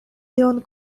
tion